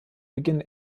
beginn